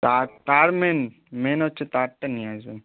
তার তার main main হচ্ছে তারটা নিয়ে আসবেন